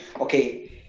okay